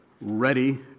Ready